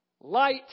Light